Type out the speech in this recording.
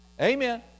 Amen